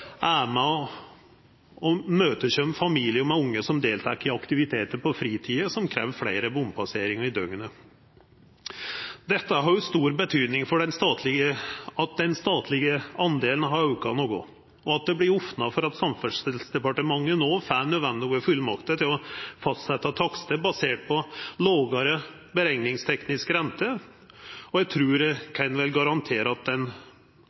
er med og imøtekjem familiar med ungar som deltek i aktivitetar på fritida som krev fleire bompasseringar i døgnet. Det har også stor betydning at den statlege delen har auka noko, og at det vert opna for at Samferdselsdepartementet no får nødvendige fullmakter til å fastsetja takstar baserte på lågare berekningsteknisk rente. Eg trur vel òg at